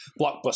blockbuster